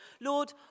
Lord